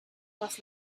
was